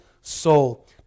soul